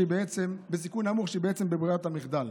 שהיא בעצם בברירת המחדל.